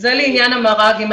זה לעניין המר"גים.